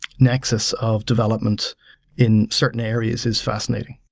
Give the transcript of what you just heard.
nexus of developments in certain areas is fascinating.